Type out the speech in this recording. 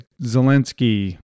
Zelensky